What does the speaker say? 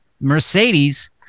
Mercedes